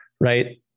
right